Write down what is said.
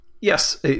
yes